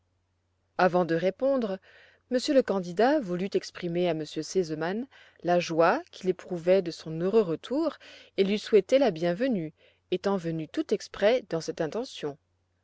avant de répondre monsieur le candidat voulut exprimer à m r sesemann la joie qu'il éprouvait de son heureux retour et lui souhaiter la bienvenue étant venu tout exprès dans cette intention